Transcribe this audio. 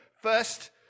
First